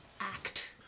act